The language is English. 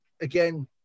again